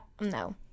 no